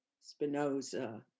Spinoza